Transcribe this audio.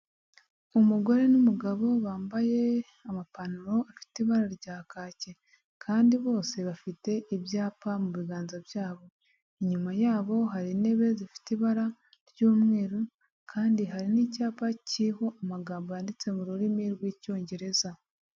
Umugore n'umugabo bambaye amapantaro afite ibara rya kake kandi bose bafite ibyapa mu biganza byabo, inyuma yabo hari intebe zifite ibara ry'umweru, kandi hari n'icyapa kiriho amagambo yanditse mu rurimi rw'icyongereza.